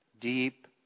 deep